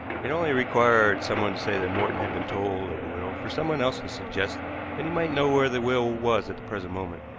it only required someone to say that morton had been told of a will for someone else to suggest that he might know where the will was at the present moment.